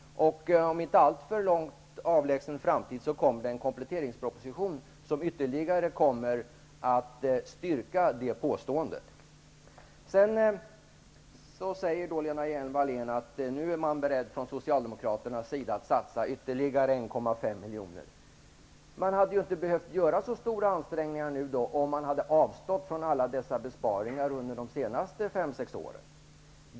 I en inte allt för avlägsen framtid kommer det en kompletterinsproposition som ytterligare kommer att styrka det påståendet. Lena Hjelm-Wallén säger att Socialdemokraterna nu är beredda att satsa ytterligare 1,5 miljarder kronor. Om ni hade avstått från alla dessa besparingar under de senaste 5--6 åren hade ni inte behövt göra så stora ansträngningar.